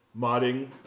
modding